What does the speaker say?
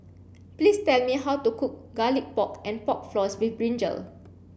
please tell me how to cook garlic pork and pork floss with Brinjal